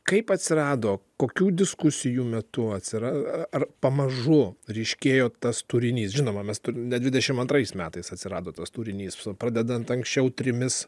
kaip atsirado kokių diskusijų metu atsiranda ar pamažu ryškėjo tas turinys žinoma mes turime dvidešimt antrais metais atsirado tas turinys pradedant anksčiau trimis